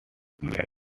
lake